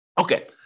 Okay